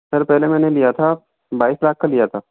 sir पहले मैंने लिया था बाईस लाख का लिया था